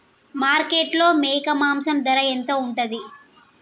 మార్కెట్లో మేక మాంసం ధర ఎంత ఉంటది?